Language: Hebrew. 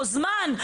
או זמן,